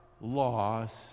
loss